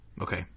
Okay